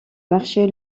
marcher